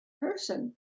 person